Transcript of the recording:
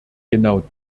genau